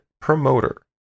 promoter